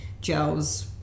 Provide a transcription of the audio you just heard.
gels